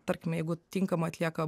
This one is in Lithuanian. tarkime jeigu tinkamai atlieka